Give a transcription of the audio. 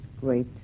great